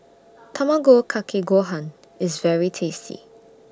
Tamago Kake Gohan IS very tasty